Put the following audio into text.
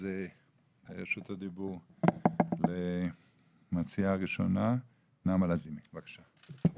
רשות הדיבור למציעה הראשונה, נעמה לזימי, בבקשה.